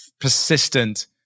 persistent